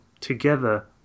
together